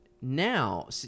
now